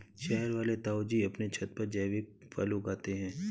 शहर वाले ताऊजी अपने छत पर जैविक फल उगाते हैं